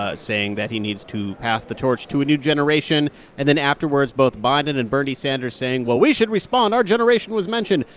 ah saying that he needs to pass the torch to a new generation and then, afterwards, both biden and bernie sanders saying, well, we should respond our generation was mentioned,